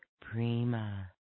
Prima